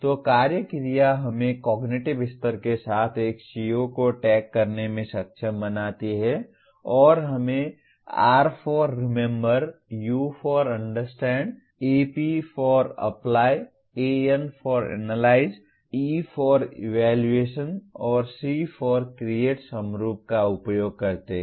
तो कार्य क्रिया हमें कॉग्निटिव स्तर के साथ एक CO को टैग करने में सक्षम बनाती है और हम R for remember U for understand Ap for apply An for analyse E for evaluation और C फॉर क्रिएट समरूप का उपयोग करते हैं